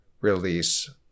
release